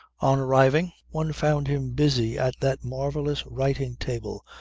on arriving one found him busy at that marvellous writing table,